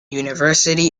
university